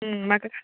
माखो